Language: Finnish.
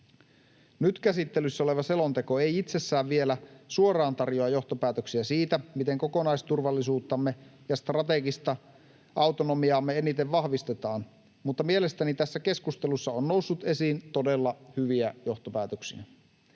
Nyt käsittelyssä oleva selonteko ei itsessään vielä suoraan tarjoa johtopäätöksiä siitä, miten kokonaisturvallisuuttamme ja strategista autonomiaamme eniten vahvistetaan, mutta mielestäni tässä keskustelussa on noussut esiin todella hyviä johtopäätöksiä.